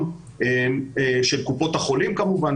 האנטיגן כדי למנוע תורי ענק במתחמים מחר